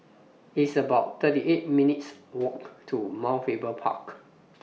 It's about thirty eight minutes' Walk to Mount Faber Park